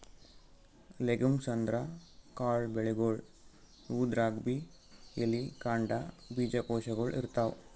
legumes ಅಂದ್ರ ಕಾಳ್ ಬೆಳಿಗೊಳ್, ಇವುದ್ರಾಗ್ಬಿ ಎಲಿ, ಕಾಂಡ, ಬೀಜಕೋಶಗೊಳ್ ಇರ್ತವ್